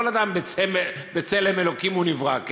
כל אדם בצלם אלוקים הוא נברא.